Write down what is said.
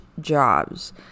jobs